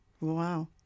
Wow